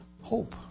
Hope